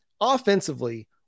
offensively